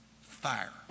fire